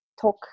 talk